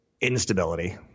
instability